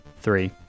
three